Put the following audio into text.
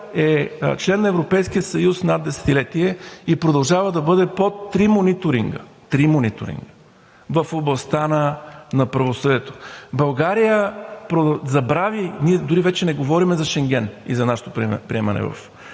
е член на Европейския съюз над десетилетие и продължава да бъде под три мониторинга в областта на правосъдието. България забрави – ние дори вече не говорим за Шенген и за нашето приемане в